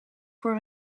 voor